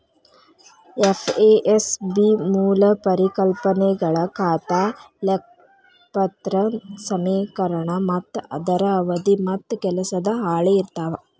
FASB ಮೂಲ ಪರಿಕಲ್ಪನೆಗಳ ಖಾತಾ ಲೆಕ್ಪತ್ರ ಸಮೇಕರಣ ಮತ್ತ ಅದರ ಅವಧಿ ಮತ್ತ ಕೆಲಸದ ಹಾಳಿ ಇರ್ತಾವ